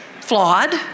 flawed